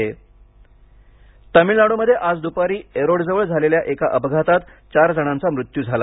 अपघात तामिळनाडूमध्ये आज दुपारी एरोडजवळ झालेल्या एका अपघातात चार जणांचा मृत्यू झाला